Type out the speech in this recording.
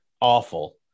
awful